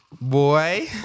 Boy